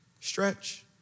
Stretch